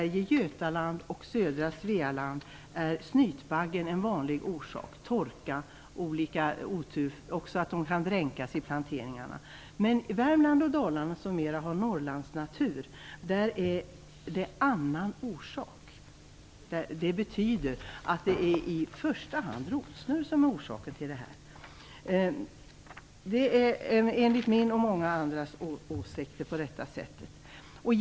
I Götaland och södra Svealand är vanliga orsaker snytbaggen eller att plantorna dränks i planteringarna, men i Värmland och Dalarna, som snarare har Norrlandsnatur, är det "annan orsak". Det betyder att det är i första hand rotsnurr som är orsaken. Enligt min och många andras åsikter är det på detta sätt.